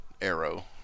Arrow